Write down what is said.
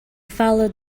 followed